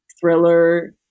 thriller